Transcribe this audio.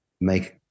make